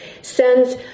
sends